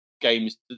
games